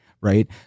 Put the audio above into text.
Right